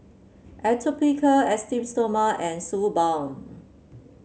Atopiclair Esteem Stoma and Suu Balm